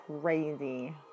crazy